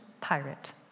pirate